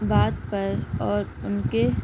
بات پر اور ان کے